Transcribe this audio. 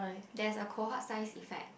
there's a cohort size effect